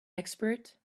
expert